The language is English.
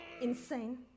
Insane